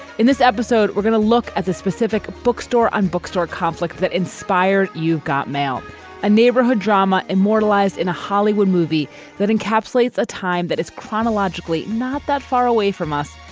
in this episode, we're going to look at the specific bookstore and bookstore conflicts that inspired. you've got mail a neighborhood drama immortalized in a hollywood movie that encapsulates a time that is chronologically not that far away from us,